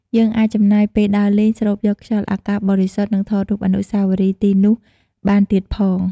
យើងអាចចំណាយពេលដើរលេង ស្រូបយកខ្យល់អាកាសបរិសុទ្ធ និងថតរូបអនុស្សាវរីយ៍ទីនោះបានទៀតផង ។